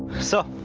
sir.